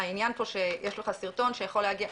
העניין פה שיש לך סרטון שיכול להגיע,